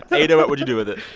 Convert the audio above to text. eyder, what would you do with it?